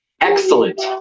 excellent